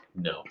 no